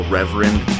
Reverend